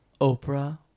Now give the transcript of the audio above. Oprah